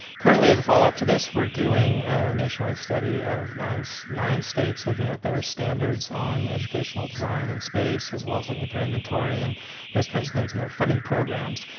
currently as a follow-up to this, we're doing a nationwide study of nine so nine states looking at their standards on educational design and space as well as looking at their inventory and those kinds of things and their funding programs.